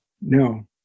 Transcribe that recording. No